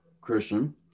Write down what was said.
Christian